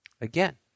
again